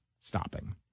stopping